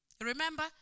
Remember